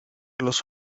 los